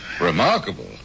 Remarkable